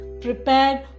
prepared